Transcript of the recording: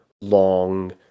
long